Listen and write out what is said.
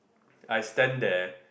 I stand there